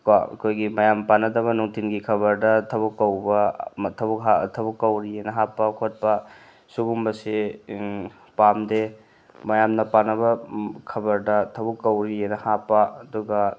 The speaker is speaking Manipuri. ꯀꯣ ꯑꯩꯈꯣꯏꯒꯤ ꯃꯌꯥꯝꯅ ꯄꯥꯟꯅꯗꯕ ꯅꯨꯡꯊꯤꯟꯒꯤ ꯈꯕꯔꯗ ꯊꯕꯛ ꯀꯧꯕ ꯃꯊꯧ ꯊꯕꯛ ꯀꯧꯔꯤꯑꯅ ꯍꯥꯞꯄ ꯈꯣꯠꯄ ꯁꯤꯒꯨꯝꯕꯁꯤ ꯄꯥꯝꯗꯦ ꯃꯌꯥꯝꯅ ꯄꯥꯟꯅꯕ ꯈꯕꯔꯗ ꯊꯕꯛ ꯀꯧꯔꯤꯑꯅ ꯍꯥꯞꯄ ꯑꯗꯨꯒ